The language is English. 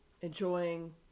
enjoying